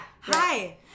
Hi